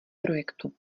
projektu